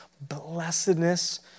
blessedness